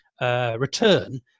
return